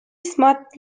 smart